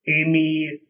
Amy